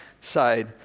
side